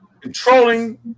controlling